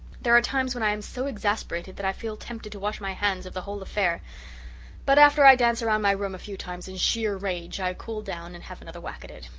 there are times when i am so exasperated that i feel tempted to wash my hands of the whole affair but after i dance round my room a few times in sheer rage i cool down and have another whack at it.